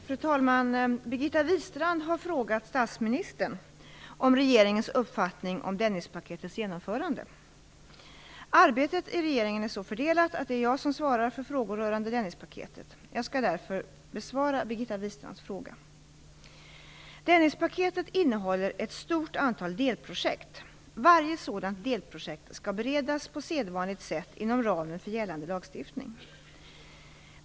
Fru talman! Birgitta Wistrand har frågat statsministern om regeringens uppfattning om Dennispaketets genomförande. Arbetet i regeringen är så fördelat att det är jag som svarar för frågor rörande Dennispaketet. Jag skall därför besvara Birgitta Wistrands fråga. Dennispaketet innehåller ett stort antal delprojekt. Varje sådant delprojekt skall beredas på sedvanligt sätt inom ramen för gällande lagstiftning.